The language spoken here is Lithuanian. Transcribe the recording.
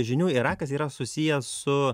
žinių yra kas yra susiję su